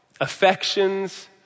affections